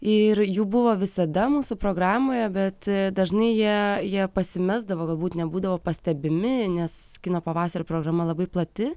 ir jų buvo visada mūsų programoje bet dažnai jie jie pasimesdavo galbūt nebūdavo pastebimi nes kino pavasario programa labai plati